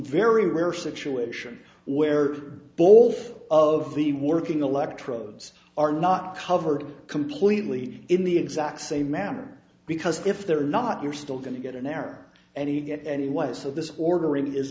very rare situation where both of the working electrodes are not covered completely in the exact same ma'am because if they're not you're still going to get an error and he get anyway so this ordering is